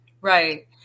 Right